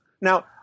now